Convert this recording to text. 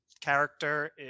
character